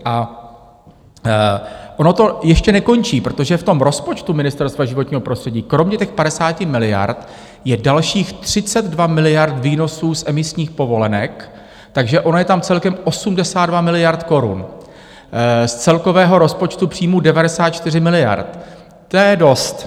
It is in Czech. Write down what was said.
A ono to ještě nekončí, protože v rozpočtu Ministerstva životního prostředí kromě těch 50 miliard je dalších 32 miliard výnosů z emisních povolenek, takže ono je tam celkem 82 miliard korun z celkového rozpočtu příjmů 94 miliard, to je dost.